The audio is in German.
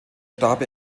starb